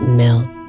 melt